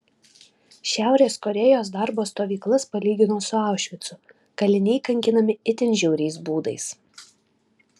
šiaurės korėjos darbo stovyklas palygino su aušvicu kaliniai kankinami itin žiauriais būdais